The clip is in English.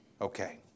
Okay